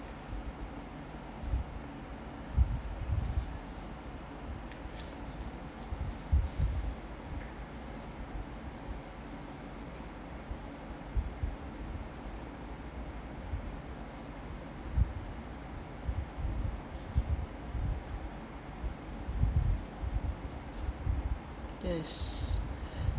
yes